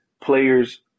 players